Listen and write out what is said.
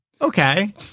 Okay